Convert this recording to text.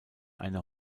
eine